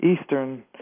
Eastern